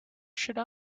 should